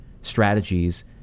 strategies